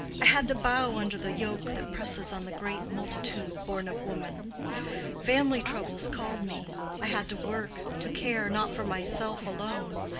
i had to bow under the yoke that presses on the great multitude born of woman family troubles called me i had to work, to care, not for myself alone.